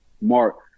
Mark